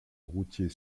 routier